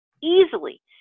easily